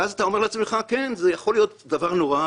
ואז אתה אומר לעצמך שזה יכול להיות נורא,